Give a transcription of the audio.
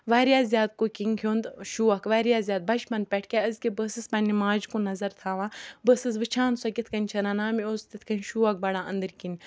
واریاہ زیادٕ کُکِنٛگ ہُنٛد شوق واریاہ زیادٕ بَچپَن پٮ۪ٹھ کیٛازِکہِ بہٕ ٲسٕس پنٛنہِ ماجہِ کُن نظر تھاوان بہٕ ٲسٕس وٕچھان سۄ کِتھ کَنۍ چھےٚ رَنان مےٚ اوس تِتھ کَنۍ شوق بَڑان أنٛدٕرۍ کِنۍ